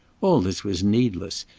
all this was needless,